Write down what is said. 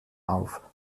auf